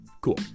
Cool